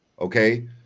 okay